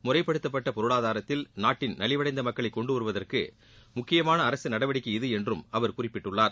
முறைப்படுத்தப்பட்ட பொருளாதாரத்தில் நாட்டின் நலிவடைந்த மக்களை கொண்டுவருவதற்கு முக்கியமான அரசு நடவடிக்கை இது என்றும் அவர் குறிப்பிட்டுள்ளார்